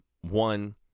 One